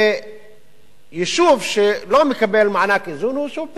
ויישוב שלא מקבל מענק איזון הוא בסדר.